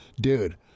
dude